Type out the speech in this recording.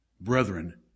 brethren